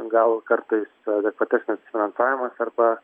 gal kartais adekvatesnis finansavimas arba